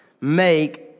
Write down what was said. make